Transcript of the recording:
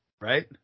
Right